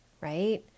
Right